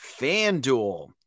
FanDuel